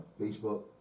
Facebook